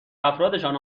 افرادشان